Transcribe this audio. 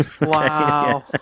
Wow